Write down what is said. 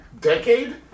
decade